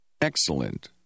Excellent